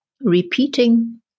repeating